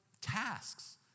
tasks